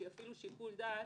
שיפעילו שיקול דעת,